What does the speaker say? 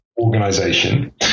organization